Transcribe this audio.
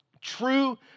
True